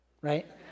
right